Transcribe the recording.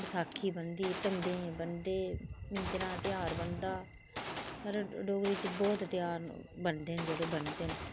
बसाखी बनदी धमदें बनदी मिजंरा दा त्योहार बनंदा साढ़े डोगरी च बहुत ध्यार ना बनदे ना जेहडें बनदे ना